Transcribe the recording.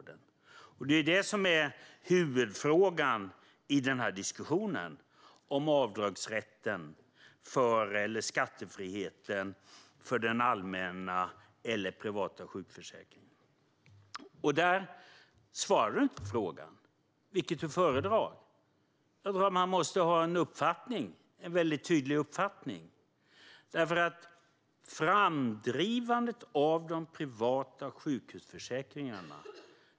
Det är ju det som är huvudfrågan i diskussionen om avdragsrätten eller skattefriheten för den allmänna eller privata sjukförsäkringen. Du svarade inte på frågan om vilket du föredrar. Man måste ha en väldigt tydlig uppfattning. Det finns två motiv för framdrivandet av de privata sjukförsäkringarna.